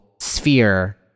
sphere